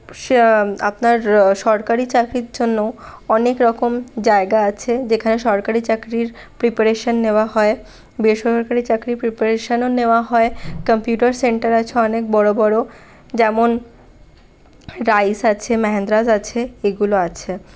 স আপনার সরকারি চাকরির জন্য অনেক রকম জায়গা আছে যেখানে সরকারি চাকরির প্রিপারেশন নেওয়া হয় বেসরকারি চাকরির প্রিপারেশনও নেওয়া হয় কম্পিউটার সেন্টার আছে অনেক বড়ো বড়ো যেমন রাইস আছে মাহেন্দ্রাস আছে এগুলো আছে